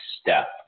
step